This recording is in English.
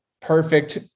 Perfect